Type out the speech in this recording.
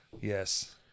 Yes